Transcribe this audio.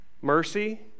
mercy